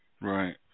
Right